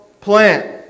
plant